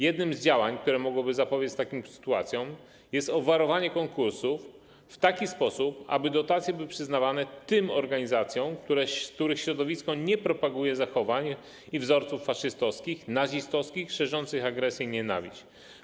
Jednym z działań, które mogłyby zapobiec takim sytuacjom, jest obwarowanie konkursów w taki sposób, aby dotacje były przyznawane tym organizacjom, których środowisko nie propaguje zachowań i wzorców faszystowskich, nazistowskich, szerzących agresję i nienawiść.